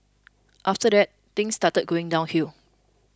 after that things started going downhill